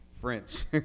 French